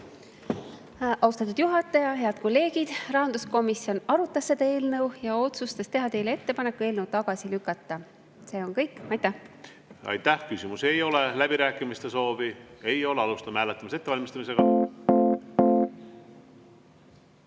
Austatud juhataja! Head kolleegid! Rahanduskomisjon arutas seda eelnõu ja otsustas teha teile ettepaneku eelnõu tagasi lükata. See on kõik. Aitäh! Aitäh! Küsimusi ei ole. Läbirääkimiste soovi? Ei ole. Alustame hääletamise ettevalmistamist.